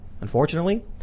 Unfortunately